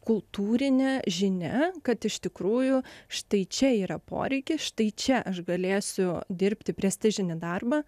kultūrinė žinia kad iš tikrųjų štai čia yra poreikis štai čia aš galėsiu dirbti prestižinį darbą